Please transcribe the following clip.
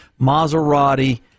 Maserati